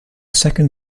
second